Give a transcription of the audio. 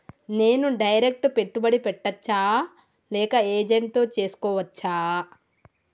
నేను డైరెక్ట్ పెట్టుబడి పెట్టచ్చా లేక ఏజెంట్ తో చేస్కోవచ్చా?